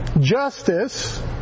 Justice